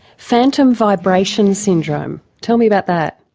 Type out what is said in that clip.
phantom vibration syndrome tell me about that.